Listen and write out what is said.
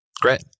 Great